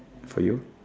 for you